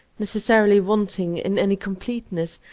necessarily wanting in any completeness,